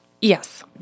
Yes